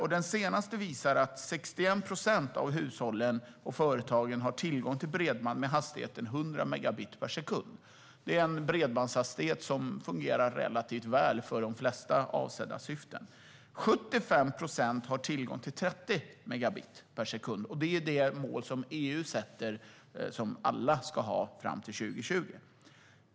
Den senaste kartläggningen visar att 61 procent av hushållen och företagen har tillgång till bredband med hastigheten 100 megabit per sekund. Det är en bredbandshastighet som fungerar relativt väl för de flesta avsedda syften. 75 procent har tillgång till 30 megabit per sekund, vilket EU har satt som mål att alla ska ha senast 2020.